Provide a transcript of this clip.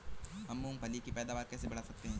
हम मूंगफली की पैदावार कैसे बढ़ा सकते हैं?